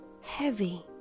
heavy